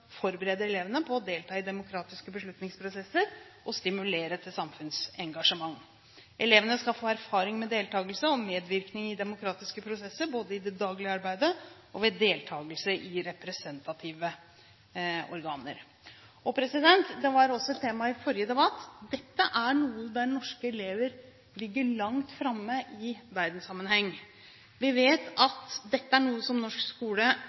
forberede elevene på å delta i demokratiske beslutningsprosesser og stimulere til samfunnsengasjement. Elevene skal få erfaring med deltakelse og medvirkning i demokratiske prosesser både i det daglige arbeidet og ved deltakelse i representative organ. Det var også et tema i forrige debatt. Dette er et område der norske elever ligger langt framme i verdenssammenheng. Vi vet at dette er noe som norsk skole